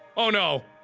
oh no!